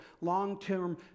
long-term